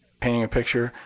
painting a picture?